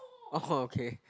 [oho] okay